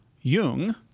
Jung